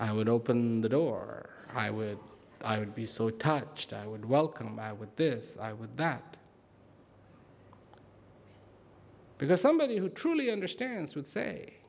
i would open the door i would i would be so touched i would welcome them with this i would that because somebody who truly understands would say